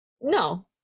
No